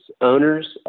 owners